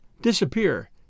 disappear